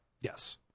Yes